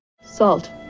Salt